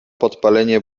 podpalenie